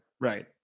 Right